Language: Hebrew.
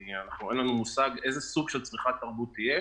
כי אין לנו מושג איזה סוג של צריכת תרבות תהיה.